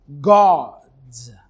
God's